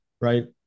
right